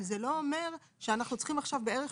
אבל זה לא אומר שאנחנו צריכים עכשיו בערך